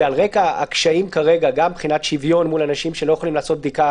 ועל רקע הקשיים גם של שוויון מול אנשים שלא יכולים לעשות בדיקה